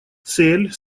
цель